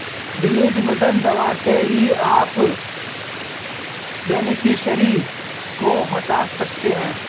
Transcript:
delete button दबाते ही आप बेनिफिशियरी को हटा सकते है